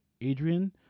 Adrian